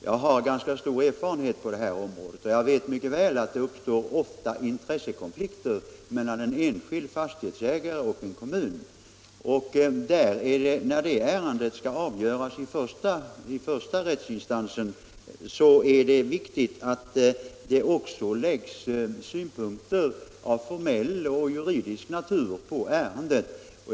Jag har ganska stor erfarenhet på det här området, och jag vet mycket väl att det ofta uppstår intressekonflikter mellan den enskilde fastighetsägaren och en kommun. När ett sådant ärende skall avgöras i första rättsinstansen är det viktigt, att det också anläggs synpunkter av formell och juridisk natur.